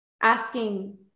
asking